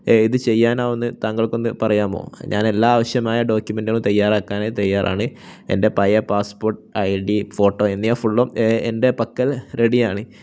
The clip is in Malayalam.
ഇത് ചെയ്യാനാകുമെന്ന് താങ്കൾക്കൊന്ന് പറയാമോ ഞാന് എല്ലാ ആവശ്യമായ ഡോക്യുമെൻറ്റുകളും തയ്യാറാക്കാനായി തയ്യാറാണ് എൻ്റെ പഴയ പാസ്പോർട്ട് ഐ ഡി ഫോട്ടോ എന്നിവ ഫുള്ളും എൻ്റെ പക്കൽ റെഡിയാണ്